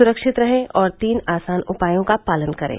सुरक्षित रहें और तीन आसान उपायों का पालन करें